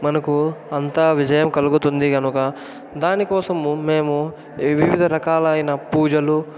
మనకు అంతా విజయం కలుగుతుంది కనుక దానికోసము మేము వివిధ రకాలైన పూజలు